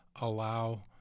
Allow